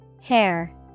Hair